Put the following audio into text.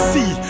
See